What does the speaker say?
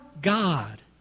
God